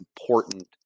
important